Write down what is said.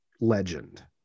legend